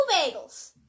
bagels